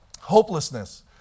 hopelessness